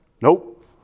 Nope